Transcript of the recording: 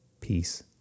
peace